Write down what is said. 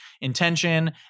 intention